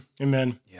Amen